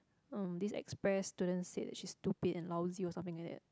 um this express student said that she is stupid and lousy or something like that